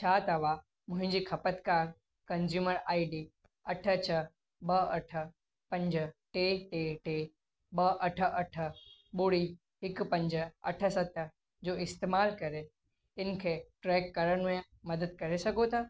छा तव्हां मुंहिंजी ख़पतकारु कंज़्यूमर आई डी अठ छ्ह ॿ अठ पंज टे टे टे ॿ अठ अठ ॿुड़ी हिकु पंज अठ सत जो इस्तेमालु करे इनखे ट्रेक करण में मदद करे सघो था